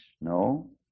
No